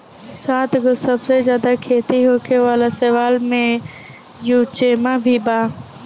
सातगो सबसे ज्यादा खेती होखे वाला शैवाल में युचेमा भी बा